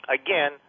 again